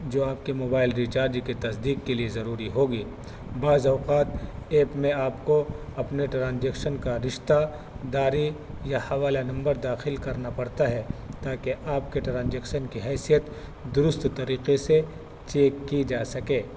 جو آپ کے موبائل ریچارج کی تصدیق کے لیے ضروری ہوگی بعض اوقات ایپ میں آپ کو اپنے ٹرانجیکشن کا رشتہ داری یا حوالہ نمبر داخل کرنا پڑتا ہے تاکہ آپ کے ٹرانجیکشن کی حیثیت درست طریقے سے چیک کی جا سکے